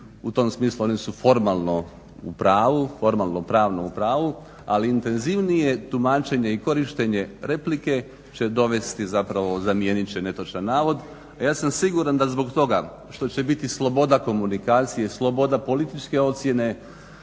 U tom smislu oni su formalno u pravu, formalno-pravno u pravu. Ali intenzivnije tumačenje i korištenje replike će dovesti zapravo, zamijenit će netočan navod, a ja sam siguran da zbog toga što će biti sloboda komunikacije, sloboda političke ocjene